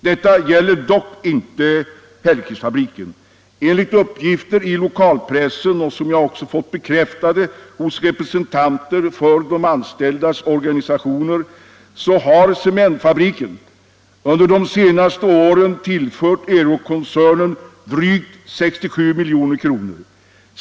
Detta gäller dock inte Hällekisfabriken. Enligt uppgifter i lo kalpressen — som jag också fått bekräftade hos representanter för de anställdas organisationer — har cementfabriken under de senaste åren tillfört Euroc-koncernen drygt 67 milj.kr.